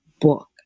book